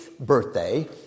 birthday